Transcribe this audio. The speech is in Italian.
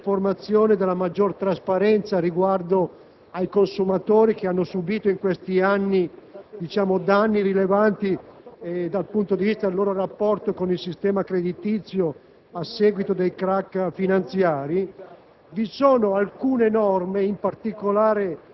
concernenti anche il sistema dell'informazione e della maggior trasparenza rispetto ai consumatori, che hanno subito in questi anni danni rilevanti nel loro rapporto con il sistema creditizio a seguito dei *crack* finanziari,